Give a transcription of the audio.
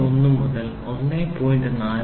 1 മുതൽ 1